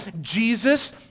Jesus